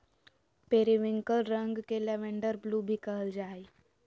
periwinkle रंग के lavender blue भी कहल जा हइ